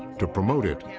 to promote it,